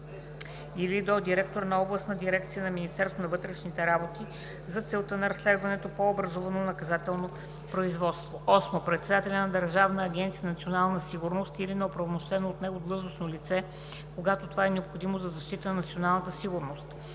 или до директора на областна дирекция на Министерството на вътрешните работи – за целта на разследването по образувано наказателно производство; 8. председателя на Държавна агенция „Национална сигурност“ или на оправомощено от него длъжностно лице – когато това е необходимо за защита на националната сигурност;